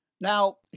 Now